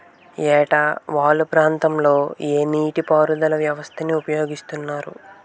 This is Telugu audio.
ఏట వాలు ప్రాంతం లొ ఏ నీటిపారుదల వ్యవస్థ ని ఉపయోగిస్తారు?